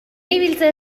ibiltzen